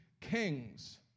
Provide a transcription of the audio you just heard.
kings